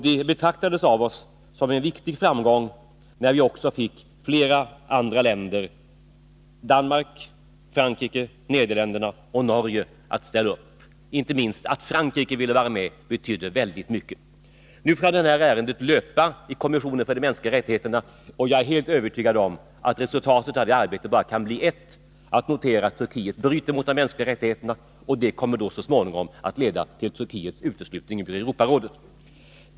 Det betraktades av oss som en viktig framgång när vi fick flera andra länder — Danmark, Frankrike, Nederländerna och Norge — att ställa upp. Inte minst att Frankrike ville vara med betydde väldigt mycket. Nu får det här ärendet löpa i kommissionen för de mänskliga rättigheterna. Jag är helt övertygad om att resultatet av det arbetet bara kan bli ett, att det noteras att Turkiet bryter mot de mänskliga rättigheterna. Detta kommer så småningom att leda till Turkiets uteslutande från Europarådet.